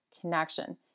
connection